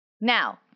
Now